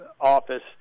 office